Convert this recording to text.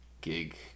gig